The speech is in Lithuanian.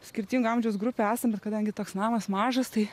skirtingo amžiaus grupių esam bet kadangi toks namas mažas tai